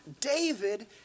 David